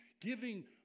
giving